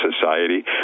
society